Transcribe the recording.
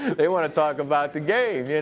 they want to talk about the game. and